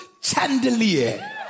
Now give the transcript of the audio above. chandelier